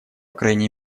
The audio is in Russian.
крайней